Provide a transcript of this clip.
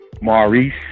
Maurice